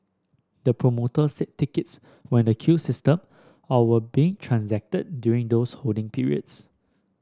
the promoter said tickets were in the queue system or were being transacted during those holding periods